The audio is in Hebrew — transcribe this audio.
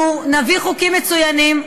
אנחנו נביא חוקים מצוינים,